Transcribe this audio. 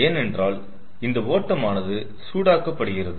ஏனென்றால் இந்த ஓட்டமானது சூடாக்க படுகிறது